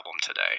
today